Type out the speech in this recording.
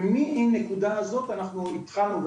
ומנקודה זו התחלנו.